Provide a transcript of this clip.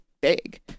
big